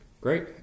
Great